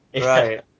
Right